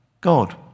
God